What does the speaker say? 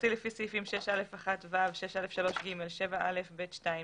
סעיפים 6א1(ו), 6א3(ג), 7א(ב)(2),